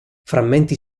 frammenti